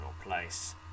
place